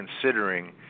considering